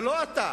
לא אתה.